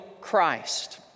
Christ